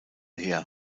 her